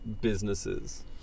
businesses